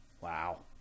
Wow